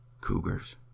Cougars